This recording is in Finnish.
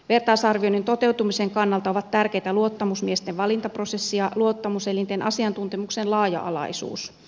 vertaisarvioinnin toteutumisen kannalta ovat tärkeitä luottamusmiesten valintaprosessi ja luottamuselinten asiantuntemuksen laaja alaisuus